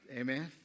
Amen